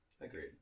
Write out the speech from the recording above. Agreed